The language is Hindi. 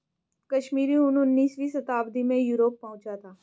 कश्मीरी ऊन उनीसवीं शताब्दी में यूरोप पहुंचा था